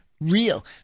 real